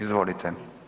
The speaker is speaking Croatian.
Izvolite.